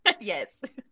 Yes